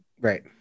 Right